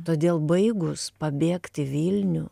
todėl baigus pabėgt į vilnių